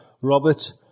Robert